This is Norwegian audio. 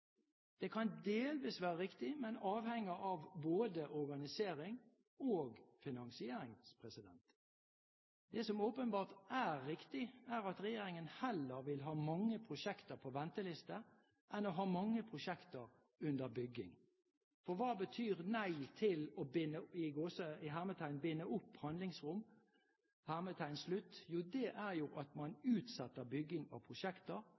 Det kan delvis være riktig, men avhenger både av organisering og finansiering. Det som åpenbart er riktig, er at regjeringen heller vil ha mange prosjekter på venteliste enn å ha mange prosjekter under bygging. For hva betyr nei til «å binde opp handlingsrom»? Jo, det betyr at man utsetter bygging av prosjekter